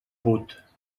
put